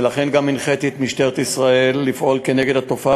ולכן גם הנחיתי את משטרת ישראל לפעול נגד התופעה,